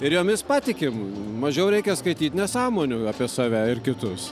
ir jomis patikim mažiau reikia skaityt nesąmonių apie save ir kitus